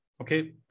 Okay